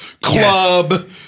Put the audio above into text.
club